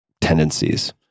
tendencies